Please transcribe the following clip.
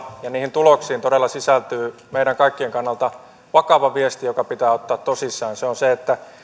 tuloksiin todella sisältyy meidän kaikkien kannalta vakava viesti joka pitää ottaa tosissaan ja se on se että